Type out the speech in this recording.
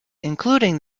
including